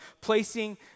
Placing